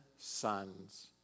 sons